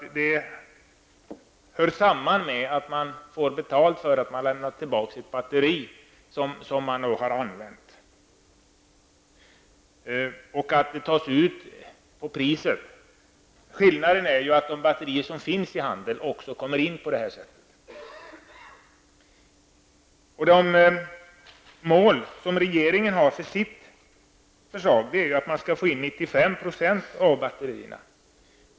Man får betalt för att man lämnar tillbaka ett batteri som har använts. En avgift motsvarande premien tas ut vid försäljningen. Skillnaden är ju att de batterier som finns i handeln också kommer in på det här sättet. Det mål som regeringen har för sitt förslag är att man skall få in 95 % av batterierna.